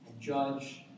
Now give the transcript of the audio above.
judge